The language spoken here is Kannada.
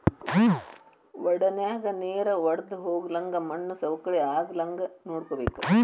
ವಡನ್ಯಾಗ ನೇರ ವಡ್ದಹೊಗ್ಲಂಗ ಮಣ್ಣು ಸವಕಳಿ ಆಗ್ಲಂಗ ನೋಡ್ಕೋಬೇಕ